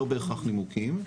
לא בהכרח נימוקים.